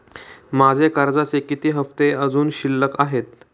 माझे कर्जाचे किती हफ्ते अजुन शिल्लक आहेत?